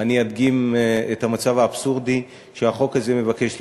אני אדגים את המצב האבסורדי שהחוק הזה מבקש לייצר.